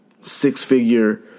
six-figure